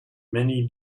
many